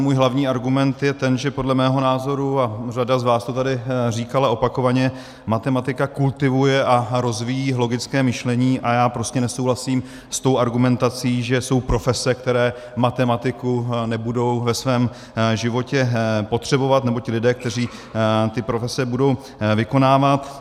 Můj hlavní argument je ten, že podle mého názoru a řada z vás to tady říkala opakovaně matematika kultivuje a rozvíjí logické myšlení, a já prostě nesouhlasím s argumentací, že jsou profese, které matematiku nebudou ve svém životě potřebovat, nebo ti lidé, kteří ty profese budou vykonávat.